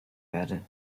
werde